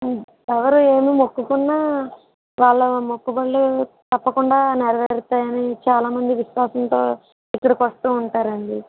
ఎవరు ఏమి మొక్కుకున్నా వాళ్ళ మొక్కుబడులు తప్పకుండా నెరవేరుతాయని చాలా మంది విశ్వాసంతో ఇక్కడికి వస్తూ ఉంటారండి